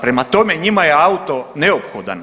Prema tome, njima je auto neophodan.